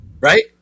right